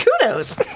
Kudos